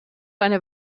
eine